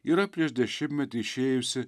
yra prieš dešimtmetį išėjusi